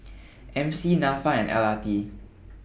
M C Nafa and L R T